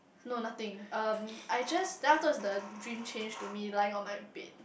no nothing um I just then afterwards the dream changed to me lying on my bed